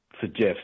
suggest